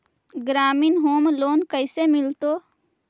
ग्रामीण home loan कैसे मिलतै?